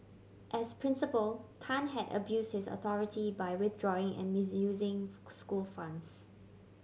as principal Tan had abused his authority by withdrawing and misusing school funds